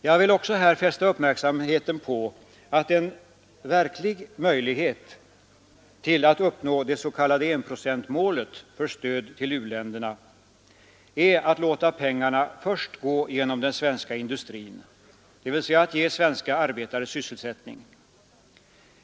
Jag vill också här fästa uppmärksamheten på att en verklig möjlighet till att uppnå det s.k. enprocentsmålet för stöd till u-länderna är att låta pengarna först gå genom den svenska industrin — dvs. att ge svenska arbetare sysselsättning.